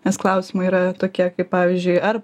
nes klausimai yra tokie kaip pavyzdžiui ar